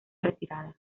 retirada